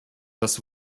das